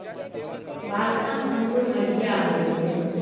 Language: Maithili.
वाल्थम अंगूरमे बीया होइत छै